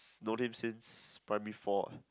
known him since primary four ah